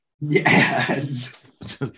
Yes